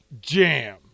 Jam